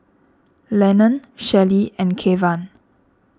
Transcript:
Lenon Shelly and Kevan